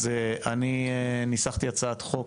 אני ניסחתי הצעת חוק